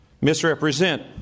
misrepresent